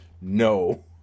No